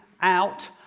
out